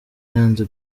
yanze